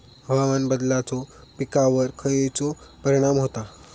हवामान बदलाचो पिकावर खयचो परिणाम होता?